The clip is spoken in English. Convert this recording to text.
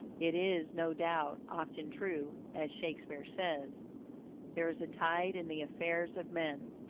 it is, no doubt, often true, as shakespeare says there is a tide in the affairs of men,